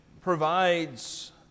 provides